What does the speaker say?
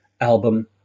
album